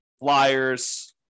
flyers